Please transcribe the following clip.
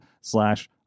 slash